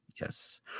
Yes